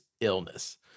illness